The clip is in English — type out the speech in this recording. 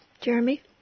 Jeremy